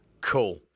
Cool